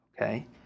okay